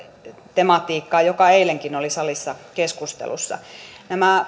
tematiikkaan joka eilenkin oli salissa keskustelussa nämä